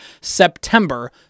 September